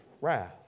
wrath